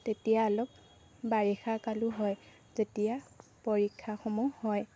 তেতিয়া অলপ বাৰিষা কালো হয় যেতিয়া পৰীক্ষাসমূহ হয়